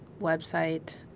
website